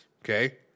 okay